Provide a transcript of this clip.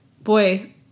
boy